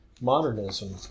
modernism